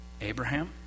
Abraham